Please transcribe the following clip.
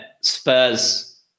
spurs